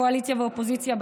קואליציה ואופוזיציה,